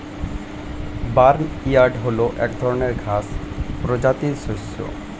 barnyard হল এক ধরনের ঘাস প্রজাতির শস্য